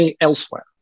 elsewhere